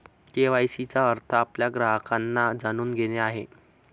KYC चा अर्थ आपल्या ग्राहकांना जाणून घेणे आहे